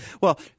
Well-